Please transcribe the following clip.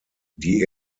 die